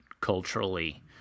culturally